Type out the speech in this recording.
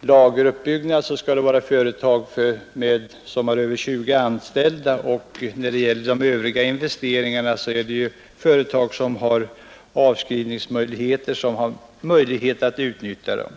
lageruppbyggnad skall det vara företag med över 20 anställda, och när det gäller de övriga investeringarna är det företag med avskrivningsmöjligheter som kan dra nytta av förmånerna.